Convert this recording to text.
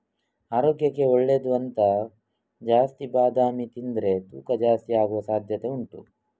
ಆರೋಗ್ಯಕ್ಕೆ ಒಳ್ಳೇದು ಅಂತ ಜಾಸ್ತಿ ಬಾದಾಮಿ ತಿಂದ್ರೆ ತೂಕ ಜಾಸ್ತಿ ಆಗುವ ಸಾಧ್ಯತೆ ಹೆಚ್ಚು ಉಂಟು